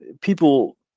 People